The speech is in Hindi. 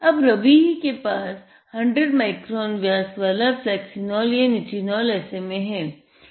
अब रबीह के पास 100 माइक्रोन व्यास वाला फ्लेक्सिनोल या निटिनोल SMA है